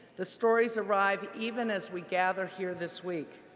the stories arrive even as we gather here this week.